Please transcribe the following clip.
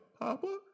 Papa